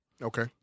Okay